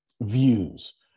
views